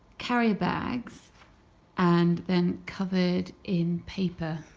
carrier bags and then covered in paper,